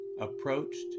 approached